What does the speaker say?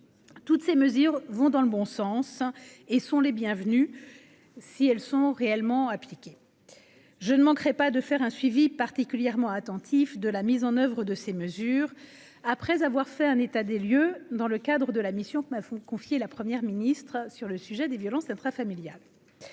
Toutes ces mesures vont dans le bon sens et sont les bienvenus si elles sont réellement appliquée, je ne manquerai pas de faire un suivi particulièrement attentif de la mise en oeuvre de ces mesures, après avoir fait un état des lieux dans le cadre de la mission que m'a faut confier la première ministre sur le sujet des violences intrafamiliales